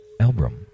Elbrum